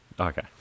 Okay